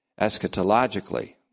eschatologically